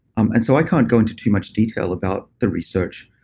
um and so i can't go into too much detail about the research.